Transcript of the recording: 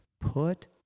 Put